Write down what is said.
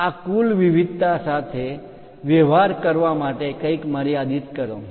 આ કુલ વિવિધતા સાથે વ્યવહાર કરવા માટે કંઈક મર્યાદિત કરો